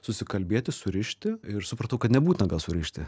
susikalbėti surišti ir supratau kad nebūtina gal surišti